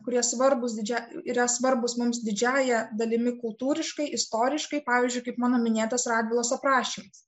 kurie svarbūs didžia yra svarbūs mums didžiąja dalimi kultūriškai istoriškai pavyzdžiui kaip mano minėtas radvilos aprašymas